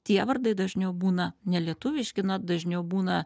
tie vardai dažniau būna nelietuviški na dažniau būna